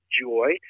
joy